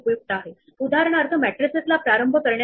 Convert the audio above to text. हे n range मध्ये i साठी 0 असते